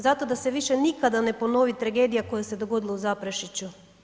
Zato da se više nikada ne ponovi tragedija koja se dogodila u Zaprešiću.